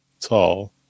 tall